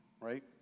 right